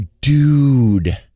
dude